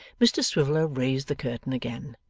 mr swiveller raised the curtain again,